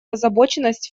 озабоченность